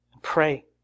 Pray